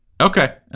Okay